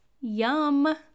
Yum